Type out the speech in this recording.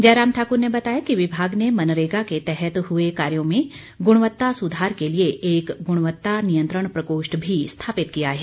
जयराम ठाकुर ने बताया कि विभाग ने मनरेगा के तहत हुए कार्यो में गुणवत्ता सुधार के लिए एक गुणवत्ता नियंत्रण प्रकोष्ठ भी स्थापित किया है